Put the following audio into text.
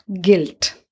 guilt